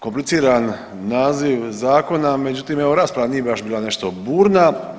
Kompliciran naziv zakona međutim evo rasprava nije baš bila nešto burna.